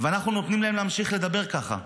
ואנחנו נותנים להם להמשיך לדבר ככה.